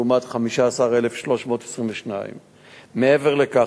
לעומת 15,322. מעבר לכך,